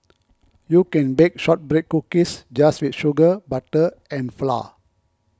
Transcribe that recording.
you can bake Shortbread Cookies just with sugar butter and flour